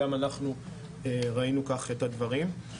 גם אנחנו ראינו כך את הדברים.